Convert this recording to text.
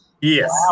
Yes